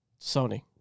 Sony